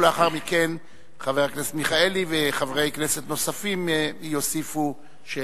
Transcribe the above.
ולאחר מכן חבר הכנסת מיכאלי וחברי כנסת נוספים יוסיפו שאלות.